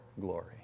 glory